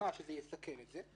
משוכנע שזה יסכל את הגבייה,